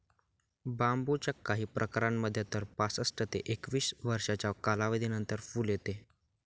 बांबूच्या काही प्रकारांमध्ये तर पासष्ट ते एकशे वीस वर्षांच्या कालावधीनंतर फुल येते